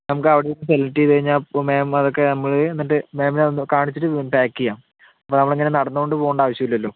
നമുക്ക് അവിടെ നിന്ന് സെലക്ട് ചെയ്തു കഴിഞ്ഞാൽ അപ്പോൾ മാം അതൊക്കെ നമ്മൾ എന്നിട്ട് മാമിനെ വന്നു കാണിച്ചിട്ട് പാക്ക് ചെയ്യാം അപ്പോൾ നമ്മൾ ഇങ്ങനെ നടന്നുകൊണ്ട് പോകേണ്ട ആവശ്യമില്ലല്ലോ